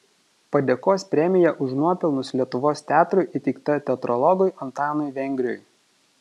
padėkos premija už nuopelnus lietuvos teatrui įteikta teatrologui antanui vengriui